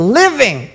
living